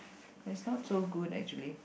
it's not so good actually